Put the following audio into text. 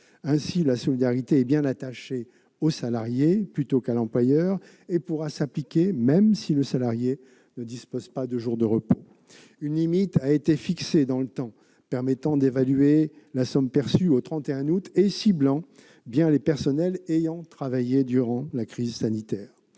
Ainsi, la solidarité est bien attachée au salarié plutôt qu'à l'employeur et pourra s'appliquer même si le salarié ne dispose pas de jours de repos. Une limite a été fixée dans le temps, permettant d'évaluer la somme perçue au 31 août et ciblant les personnels ayant travaillé durant la crise sanitaire.